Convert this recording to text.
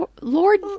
Lord